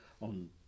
on